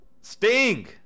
sting